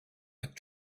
had